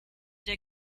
der